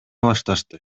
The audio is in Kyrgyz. башташты